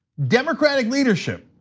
democratic leadership,